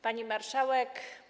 Pani Marszałek!